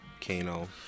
kano